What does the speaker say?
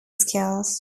skills